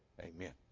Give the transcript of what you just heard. Amen